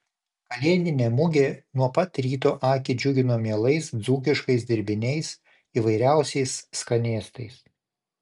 kalėdinė mugė nuo pat ryto akį džiugino mielais dzūkiškais dirbiniais įvairiausiais skanėstais